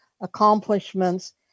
accomplishments